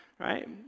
Right